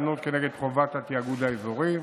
טענות כנגד חובת התיאגוד האזורי.